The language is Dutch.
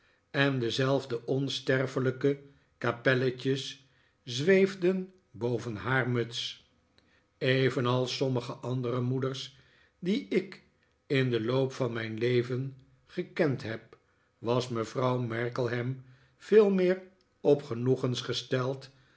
en dezelfde onsterfelijke kapelletjes zweefden boven haar muts evenals sommige andere moeders die ik in den loop van mijn leven gekend heb was mevrouw markleham veel meer op genoegens gesteld